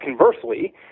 conversely